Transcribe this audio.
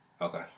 Okay